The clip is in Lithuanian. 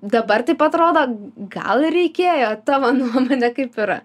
dabar taip atrodo gal ir reikėjo tavo nuomone kaip yra